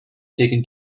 taken